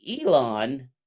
Elon